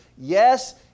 yes